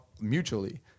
mutually